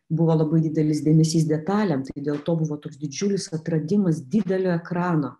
buvo labai didelis dėmesys detalėm tai dėl to buvo toks didžiulis atradimas didelio ekrano